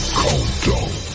countdown